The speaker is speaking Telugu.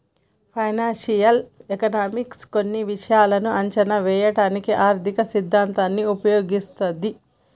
ఫైనాన్షియల్ ఎకనామిక్స్ కొన్ని విషయాలను అంచనా వేయడానికి ఆర్థిక సిద్ధాంతాన్ని ఉపయోగిస్తది